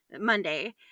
Monday